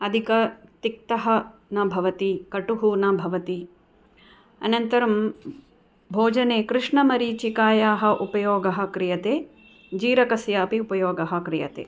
अधिकः तिक्तः न भवति कटुः न भवति अनन्तरं भोजने कृष्णमरीचिकायाः उपयोगः क्रियते जीरकस्य अपि उपयोगः क्रियते